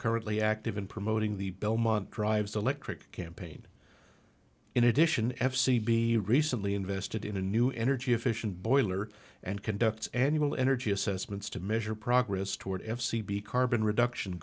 currently active in promoting the belmont drive's electric campaign in addition f c b recently invested in a new energy efficient boiler and conducts annual energy assessments to measure progress toward f c b carbon reduction